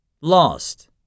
Lost